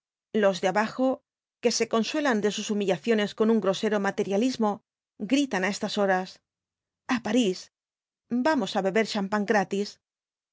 los de abajo que se consuelan de sus humillaciones con un grosero materialismo gritan á estas horas a parísl vamos á beber champan gratis